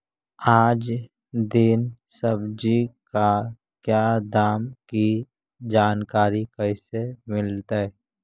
आज दीन सब्जी का क्या दाम की जानकारी कैसे मीलतय?